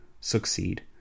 succeed